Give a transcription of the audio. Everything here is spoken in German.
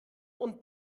und